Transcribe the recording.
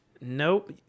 Nope